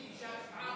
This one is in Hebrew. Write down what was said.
כבוד השר,